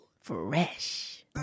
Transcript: Fresh